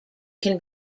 can